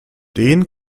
den